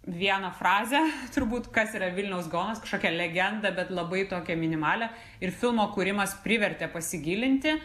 vieną frazę turbūt kas yra vilniaus gaonas kažkokią legendą bet labai tokią minimalią ir filmo kūrimas privertė pasigilinti